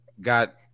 got